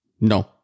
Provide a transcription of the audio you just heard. no